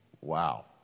Wow